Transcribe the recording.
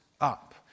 up